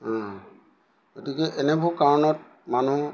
গতিকে এনেবোৰ কাৰণত মানুহ